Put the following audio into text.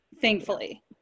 thankfully